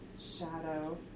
shadow